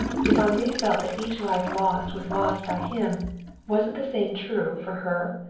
if henri felt that each life lost was lost by him wasn't the same true for her?